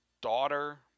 daughter